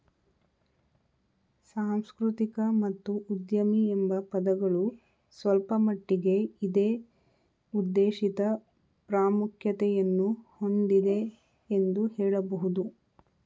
ಸಾಂಸ್ಕೃತಿಕ ಮತ್ತು ಉದ್ಯಮಿ ಎಂಬ ಪದಗಳು ಸ್ವಲ್ಪಮಟ್ಟಿಗೆ ಇದೇ ಉದ್ದೇಶಿತ ಪ್ರಾಮುಖ್ಯತೆಯನ್ನು ಹೊಂದಿದೆ ಎಂದು ಹೇಳಬಹುದು